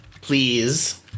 Please